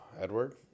Edward